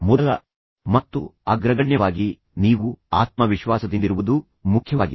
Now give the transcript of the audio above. ಮೊದಲ ಮತ್ತು ಅಗ್ರಗಣ್ಯವಾಗಿ ನೀವು ಆತ್ಮವಿಶ್ವಾಸದಿಂದಿರುವುದು ಮುಖ್ಯವಾಗಿದೆ